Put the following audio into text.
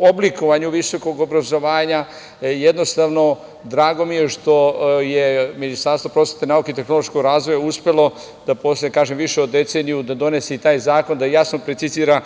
oblikovanju visokog obrazovanja. Jednostavno, drago mi je što je Ministarstvo prosvete, nauke i tehnološkog razvoja uspelo da posle više od deceniju da donese i taj zakon i da jasno precizira